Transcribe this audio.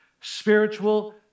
spiritual